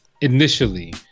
Initially